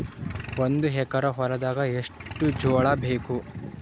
ಒಂದು ಎಕರ ಹೊಲದಾಗ ಎಷ್ಟು ಜೋಳಾಬೇಕು?